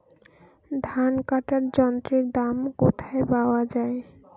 ধান কাটার যন্ত্রের দাম কোথায় পাওয়া যায়?